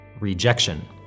rejection